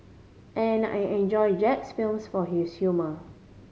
and I enjoy Jack's films for his humour